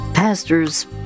pastors